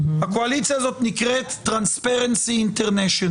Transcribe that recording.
הקואליציה הזאת נקראת: Tranparancy international.